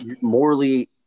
morally